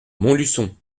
montluçon